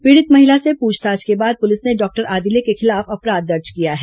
पीड़ित महिला से पूछताछ के बाद पुलिस ने डॉक्टर आदिले के खिलाफ अपराध दर्ज किया है